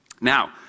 Now